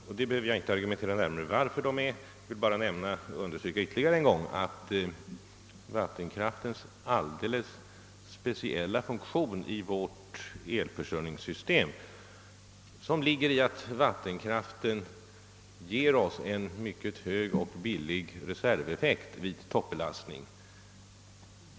Jag behöver inte argumentera närmare om varför de är det; jag vill bara understryka ytterligare en gång att vattenkraften har en alldeles speciell funktion i vårt elförsörjningssystem i det att den ger oss en mycket hög och billig reserveffekt vid toppbelastning.